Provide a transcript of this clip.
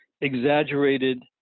exaggerated